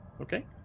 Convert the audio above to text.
okay